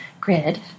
grid